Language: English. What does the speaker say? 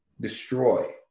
destroy